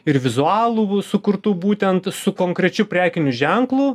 ir vizualų sukurtų būtent su konkrečiu prekiniu ženklu